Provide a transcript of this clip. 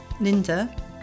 Linda